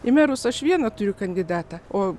į merus aš vieną turiu kandidatą o